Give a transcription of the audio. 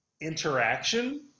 interaction